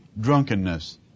drunkenness